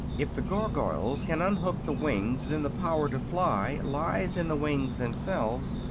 if the gargoyles can unhook the wings then the power to fly lies in the wings themselves,